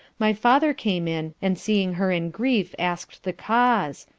my father came in, and seeing her in grief asked the cause,